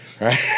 right